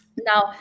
Now